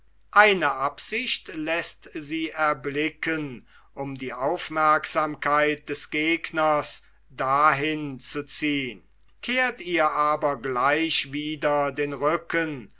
eine absicht läßt sie erblicken um die aufmerksamkeit des gegners dahin zu ziehen kehrt ihr aber gleich wieder den rücken